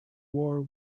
war